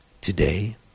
Today